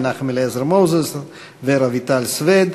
מנחם אליעזר מוזס ורויטל סויד.